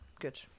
Good